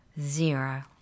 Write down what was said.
zero